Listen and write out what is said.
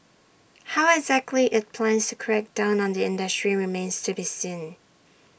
how exactly IT plans to crack down on the industry remains to be seen